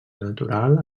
natural